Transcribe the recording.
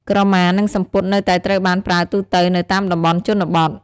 ក្រមានិងសំពត់នៅតែត្រូវបានប្រើទូទៅនៅតាមតំបន់ជនបទ។